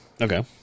Okay